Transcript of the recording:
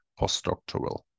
postdoctoral